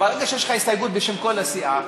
ברגע שיש לך הסתייגות בשם כל הסיעה,